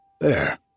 There